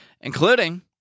including